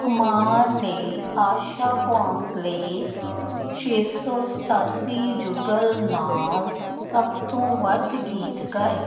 ਕੁਮਾਰ ਨੇ ਆਸ਼ਾ ਭੋਂਸਲੇ ਛੇ ਸੌ ਸਤਾਸੀ ਯੁਗਲ ਨਾਲ ਸਭ ਤੋਂ ਵੱਧ ਗੀਤ ਗਾਏ